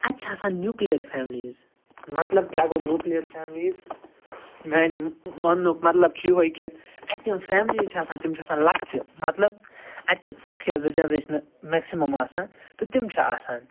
اَتہِ چھِ آسان نیٛوٗکلیر فیملیٖز مطلب کیٛاہ گوٚو نیٛوٗکلیر فیملیٖز میٛانہِ وَننُک مطلب چھُ یُہۄے کہِ اَتہِ یِم فیملیٖز چھِ آسان تِم چھِ آسان لۄکچہٕ مطلب اَتہِ چھِ اَکھ یا زٕ جنریشنہٕ میٚکسِمَم آسان تہٕ تِم چھِ آسان